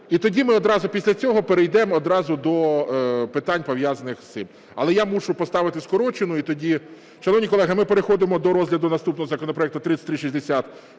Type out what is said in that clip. І тоді ми одразу після цього перейдемо до питань, пов'язаних з цим. Але я мушу поставити скорочену. Шановні колеги, ми переходимо до розгляду наступних законопроектів 3360,